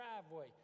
driveway